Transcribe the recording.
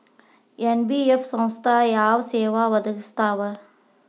NBF ಸಂಸ್ಥಾ ಯಾವ ಸೇವಾ ಒದಗಿಸ್ತಾವ?